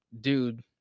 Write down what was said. dude